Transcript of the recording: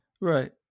Right